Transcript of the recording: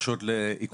בקשות לעיכוב ביצוע.